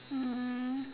mm